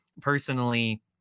personally